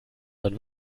man